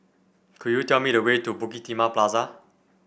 could you tell me the way to Bukit Timah Plaza